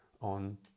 on